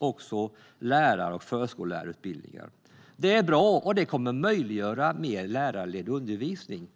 samt lärar och förskollärarutbildningar. Det är bra, och det kommer att möjliggöra mer lärarledd undervisning.